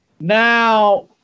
Now